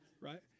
Right